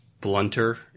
blunter